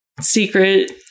secret